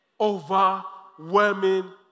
Overwhelming